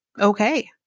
okay